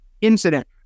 incident